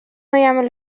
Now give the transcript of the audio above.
يعمل